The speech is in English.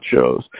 shows